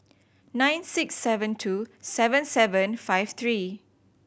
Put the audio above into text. nine six seven two seven seven five three